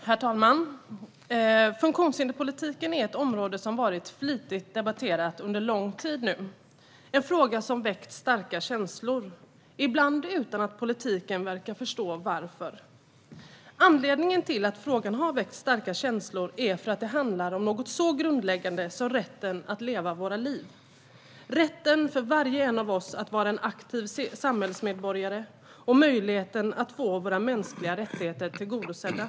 Herr talman! Funktionshinderspolitiken är ett område som har varit flitigt debatterat under lång tid. Det är en fråga som har väckt starka känslor, ibland utan att politiken verkar förstå varför. Anledningen till att frågan har väckt starka känslor är att det handlar om något så grundläggande som rätten att leva våra liv, rätten för var och en av oss att vara en aktiv samhällsmedborgare och att få våra mänskliga rättigheter tillgodosedda.